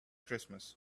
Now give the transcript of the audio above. christmas